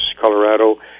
Colorado